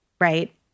right